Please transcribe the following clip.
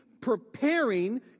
preparing